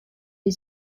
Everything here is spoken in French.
est